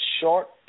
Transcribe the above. short